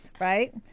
right